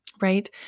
Right